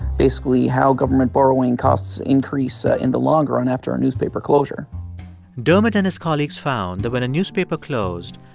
basically, how government borrowing costs increase ah in the long run after a newspaper closure dermot and his colleagues found that when a newspaper closed,